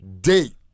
date